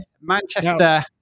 Manchester